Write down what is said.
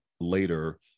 later